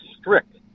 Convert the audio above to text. strict